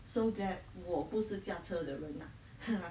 so glad 我不是驾车的人 ah